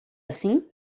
assim